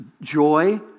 joy